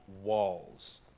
walls